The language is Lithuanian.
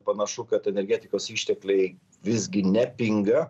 panašu kad energetikos ištekliai visgi nepinga